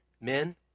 men